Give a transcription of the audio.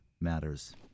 matters